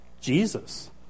Jesus